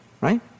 right